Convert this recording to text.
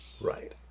Right